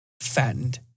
fattened